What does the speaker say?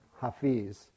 Hafiz